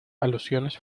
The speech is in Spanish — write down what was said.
alusiones